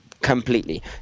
completely